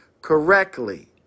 correctly